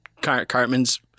Cartman's